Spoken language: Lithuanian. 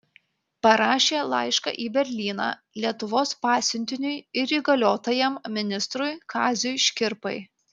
parašė laišką į berlyną lietuvos pasiuntiniui ir įgaliotajam ministrui kaziui škirpai